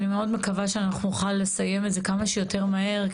אני מאוד מקווה שאנחנו נוכל לסיים את זה כמה שיותר מהר.